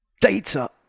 Data